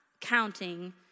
counting